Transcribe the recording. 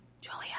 Julia